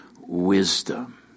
wisdom